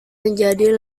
menjadi